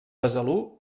besalú